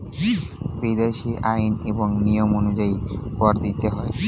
বিদেশী আইন এবং নিয়ম অনুযায়ী কর দিতে হয়